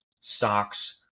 socks